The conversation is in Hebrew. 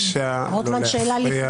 אפשר בבקשה לא להפריע?